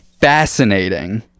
Fascinating